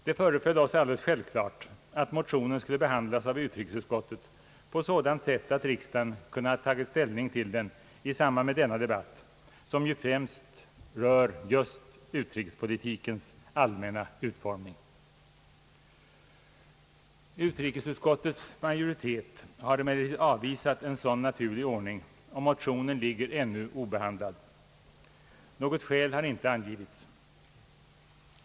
Det föreföll oss alldeles självklart att motionen skulle behandlas av utrikesutskottet på sådant sätt att riksdagen kunde ha tagit ställning till den i samband med denna debatt, som ju främst rör utrikespolitikens allmänna utformning. Utrikesutskottets majoritet har emellertid avvisat en sådan naturlig ordning, och motionen ligger ännu obehandlad. Något skäl har inte angivits.